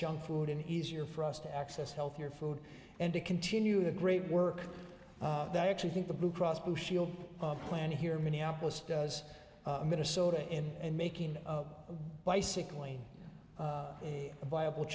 junk food and easier for us to access healthier food and to continue the great work that actually think the blue cross blue shield plan here in minneapolis does minnesota and making bicycling a viable